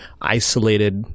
isolated